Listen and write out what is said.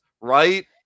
right